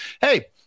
hey